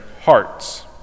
hearts